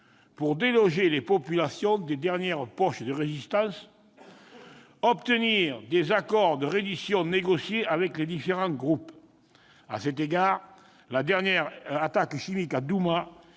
pour déloger les populations des dernières poches de résistance, obtenir des accords de reddition négociée avec les différents groupes. À cet égard, la dernière attaque chimique à Douma